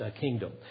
kingdom